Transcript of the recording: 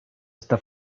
esta